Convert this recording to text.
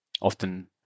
often